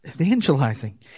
Evangelizing